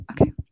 okay